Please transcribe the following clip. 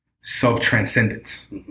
self-transcendence